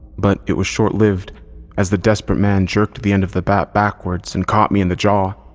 but it was short lived as the desperate man jerked the end of the bat backwards and caught me in the jaw.